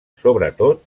sobretot